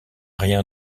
rien